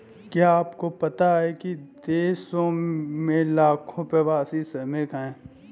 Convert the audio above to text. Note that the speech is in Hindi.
क्या आपको पता है कुछ देशों में लाखों प्रवासी श्रमिक हैं?